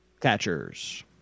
catchers